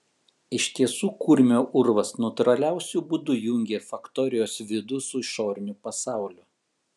iš tiesų kurmio urvas natūraliausiu būdu jungė faktorijos vidų su išoriniu pasauliu